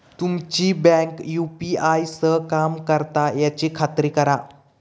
तुमची bank UPI सह काम करता याची खात्री करा